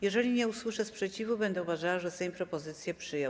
Jeżeli nie usłyszę sprzeciwu, będę uważała, że Sejm propozycję przyjął.